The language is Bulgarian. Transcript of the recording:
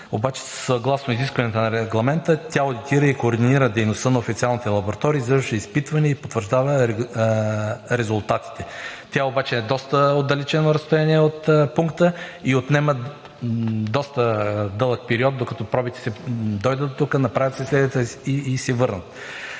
обаче съгласно изискванията на регламента тя одитира и координира дейността на официалните лаборатории, извършващи изпитвания и потвърждава резултатите. Тя обаче е на доста отдалечено разстояние от пункта и отнема доста дълъг период, докато пробите дойдат тук, направят се изследванията и се върнат.